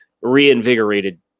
reinvigorated